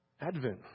Advent